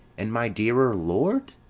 and my dearer lord?